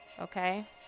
Okay